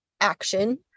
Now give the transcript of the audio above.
action